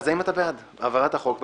אז האם אתה בעד העברת החוק בהסכמה?